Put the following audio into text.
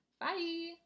Bye